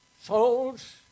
Souls